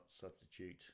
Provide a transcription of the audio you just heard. substitute